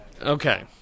Okay